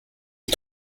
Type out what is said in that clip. est